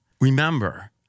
Remember